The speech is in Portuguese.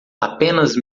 apenas